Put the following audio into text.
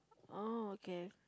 oh okay